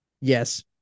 yes